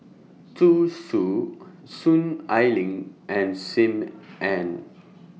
Zhu Xu Soon Ai Ling and SIM Ann